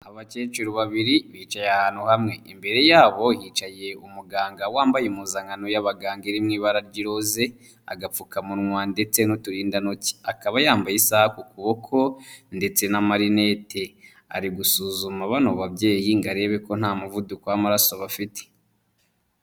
Abakecuru babiri bicaye ahantu hamwe, imbere yabo hicaye umuganga wambaye impuzankano y'abaganga iri mu ibara ry'iroze, agapfukamunwa ndetse n'uturindantoki, akaba yambaye isaha ku kuboko ndetse n'amarinete, ari gusuzuma bano babyeyi ngo arebe ko nta muvuduko w'amaraso bafite.